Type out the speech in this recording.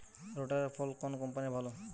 রোটারের ফল কোন কম্পানির ভালো?